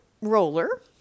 roller